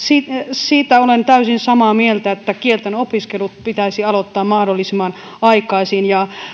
siitä olen täysin samaa mieltä että kielten opiskelu pitäisi aloittaa mahdollisimman aikaisin ja